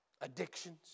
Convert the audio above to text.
Addictions